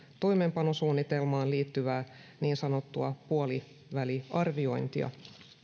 toimeenpanosuunnitelmaan liittyvää niin sanottua puoliväliarviointia